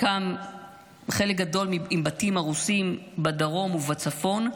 חלק גדול עם בתים הרוסים בדרום ובצפון,